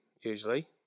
usually